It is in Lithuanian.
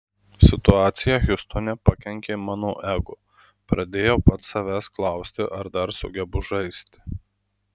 situacija hjustone pakenkė mano ego pradėjau pats savęs klausti ar dar sugebu žaisti